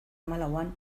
hamalauan